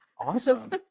Awesome